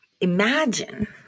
Imagine